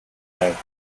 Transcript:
байв